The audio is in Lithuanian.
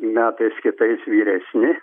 metais kitais vyresni